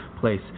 place